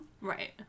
Right